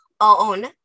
own